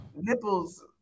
nipples